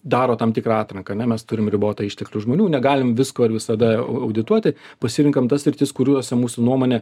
daro tam tikrą atranką ne mes turim ribotą išteklių žmonių negalim visko ir visada audituoti pasirenkam tas sritis kuriose mūsų nuomone